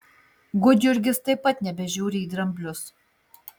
gudjurgis taip pat nebežiūri į dramblius